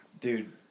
Dude